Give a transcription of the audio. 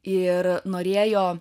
ir norėjo